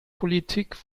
politik